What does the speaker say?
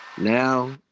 Now